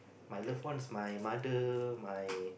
my loved ones my mother my